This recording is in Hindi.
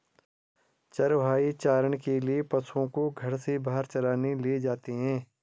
चरवाहे चारण के लिए पशुओं को घर से बाहर चराने ले जाते हैं